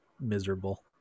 miserable